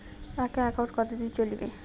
একটা একাউন্ট কতদিন চলিবে?